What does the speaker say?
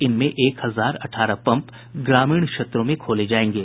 इनमें एक हजार अठारह पंप ग्रामीण क्षेत्रों में खोले जायेंगे